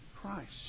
Christ